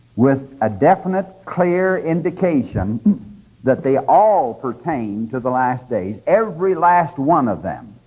with a definite, clear indication that they all pertain to the last days every last one of them,